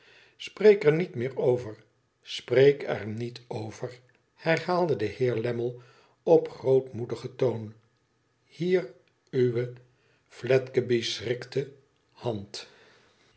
spreek er met meer over spreek er niet over herhaalde de heer lammie op grootmoedigen toon hier uwe fledgeby schrikte hand